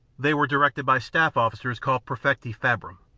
they were directed by staff-officers called praefecti fabrum.